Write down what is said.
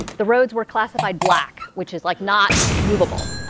the roads were classified black, which is like not movable.